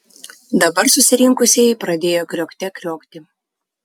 dabar susirinkusieji pradėjo kriokte kriokti